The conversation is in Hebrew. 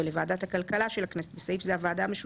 ולוועדת הכלכלה של הכנסת (בסעיף זה הוועדה המשותפת)"